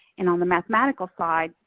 and on the mathematical side,